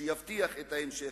שיבטיח את ההמשך.